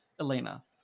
Elena